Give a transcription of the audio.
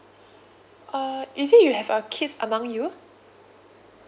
uh is it you have a kids among you